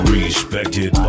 Respected